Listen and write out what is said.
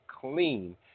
clean